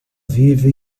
vive